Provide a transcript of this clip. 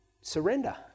surrender